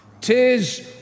Tis